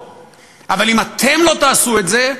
ואם אתם לא תעשו את זה,